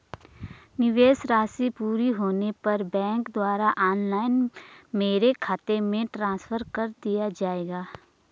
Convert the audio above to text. निवेश राशि पूरी होने पर बैंक द्वारा ऑनलाइन मेरे खाते में ट्रांसफर कर दिया जाएगा?